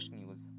news